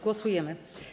Głosujemy.